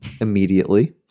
immediately